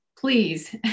please